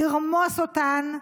לרמוס אותן,